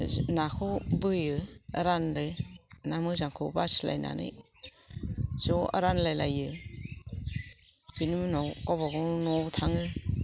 नाखौ बोयो रानो ना मोजांखौ बासिलायनानै ज' रानलायलायो बिनि उनाव गावबा गाव न'आव थाङो